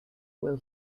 will